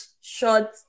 short